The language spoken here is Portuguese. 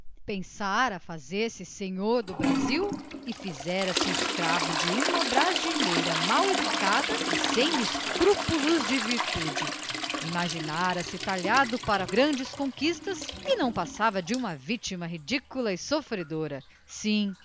pensara fazer-se senhor do brasil e fizera-se escravo de uma brasileira mal-educada e sem escrúpulos de virtude imaginara se talhado para grandes conquistas e não passava de uma vitima ridícula e sofredora sim